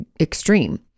extreme